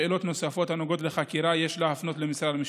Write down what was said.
שאלות נוספות הנוגעות לחקירה יש להפנות למשרד המשפטים.